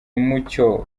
mucyo